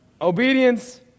Obedience